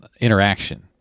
interaction